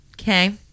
okay